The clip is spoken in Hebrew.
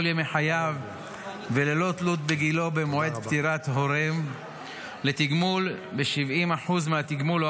ימי חייו וללא תלות בגילו במועד פטירת הורהו לתגמול ב-70% מהתגמול או